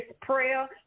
prayer